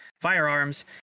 firearms